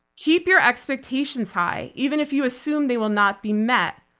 keep your expectations high. even if you assume they will not be met.